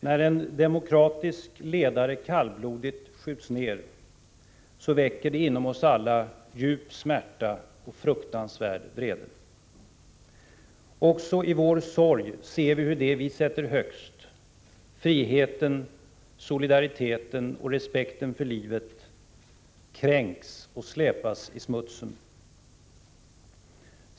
När en demokratisk ledare kallblodigt skjuts ned väcker det inom oss alla djup smärta och fruktansvärd vrede. Också i vår sorg ser vi hur det vi sätter högst — friheten, solidariteten och respekten för livet — kränks och släpas i smutsen.